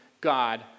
God